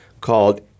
called